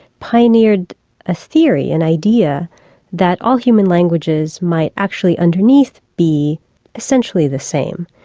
pioneered a theory, an idea that all human languages might actually underneath be essentially the same,